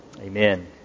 Amen